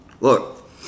Look